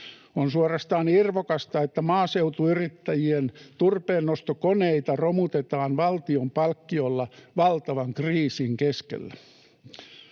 On suorastaan irvokasta, että maaseutuyrittäjien turpeennostokoneita romutetaan valtion palkkiolla valtavan kriisin keskellä.